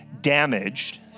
damaged